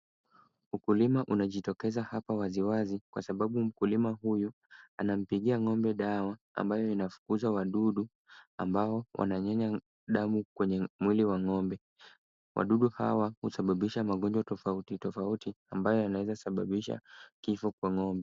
Ukulima unajitokeza hapa waziwazi, kwasababu mkulima huyu anampigia ng'ombe dawa mbayo inawafukuza wadudu ambao wananyonya damu kwenye mwili wa ng'ombe. Wadudu hawa husababisha magonjwa tofauti tofauti ambayo yanaweza sababisha kifo kwa ng'ombe.